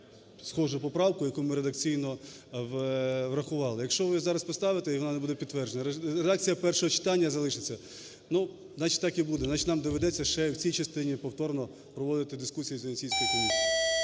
схожу поправку, яку ми редакційно врахували. Якщо ви зараз поставите і вона не буде підтвердження – редакція першого читання залишиться. Ну, значить, так і буде, значить, нам доведеться ще і в цій частині повторно проводити дискусії з Венеціанською комісією.